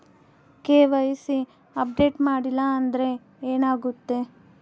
KYC update ಮಾಡಿಲ್ಲ ಅಂದ್ರೆ ಏನಾಗುತ್ತೆ?